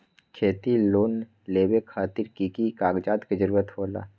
खेती लोन लेबे खातिर की की कागजात के जरूरत होला?